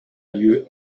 lieu